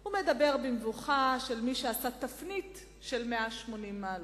הוא מדבר במבוכה של מי שעשה תפנית של 180 מעלות.